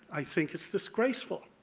i think it's disgraceful.